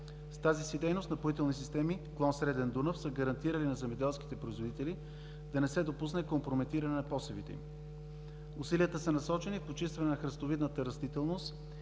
С тази си дейност „Напоителни системи“, клон „Среден Дунав“ са гарантирали на земеделските производители да не се допусне компрометиране на посевите им. Усилията са насочени към почистване на храстовидната растителност